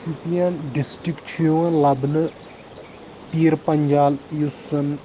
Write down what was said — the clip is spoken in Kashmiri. شُپین ڈِسٹکٹ چھُ یِوان لَبنہٕ پیٖر پَنجال یُس زَن